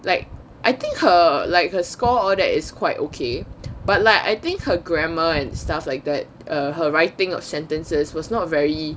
like I think her like her score all that is quite okay but like I think her grammar and stuff like that uh her writing of sentences was not very